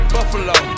Buffalo